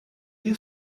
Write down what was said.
you